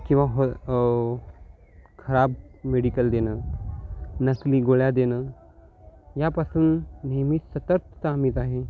किंवा हो खराब मेडिकल देणं नकली गोळ्या देणं यापासून नेहमी सतत सांगत आहे